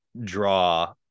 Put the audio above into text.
draw